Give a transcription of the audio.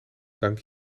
dank